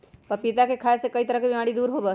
पपीता के खाय से कई तरह के बीमारी दूर होबा हई